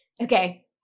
Okay